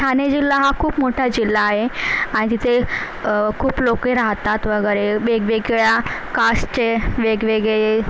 ठाणे जिल्हा हा खूप मोठा जिल्हा आहे आणि तिथे खूप लोक राहतात वगैरे वेगवेगळ्या कास्टचे वेगवेगळे